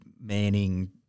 Manning